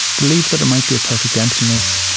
believe that it might be a perfect emptiness,